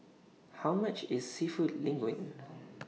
How much IS Seafood Linguine